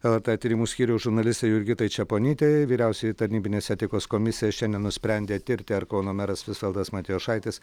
lrt tyrimų skyriaus žurnalistei jurgitai čeponytei vyriausioji tarnybinės etikos komisija šiandien nusprendė tirti ar kauno meras visvaldas matijošaitis